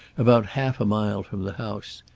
about half a mile from the house.